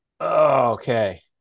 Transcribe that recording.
Okay